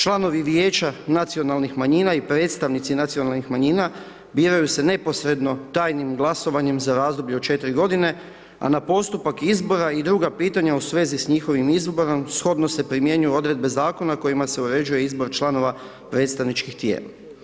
Članovi vijeća nacionalnih manjina i predstavnici nacionalnih manjina biraju se neposredno tajnim glasovanjem za razdoblje od 4 godine, a na postupak izbora i druga pitanja u svezi s njihovim izborom, shodno se primjenjuju odredbe zakona kojima se uređuje izbor članova predstavničkih tijela.